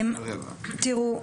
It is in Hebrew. תראו,